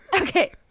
okay